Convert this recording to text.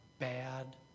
Bad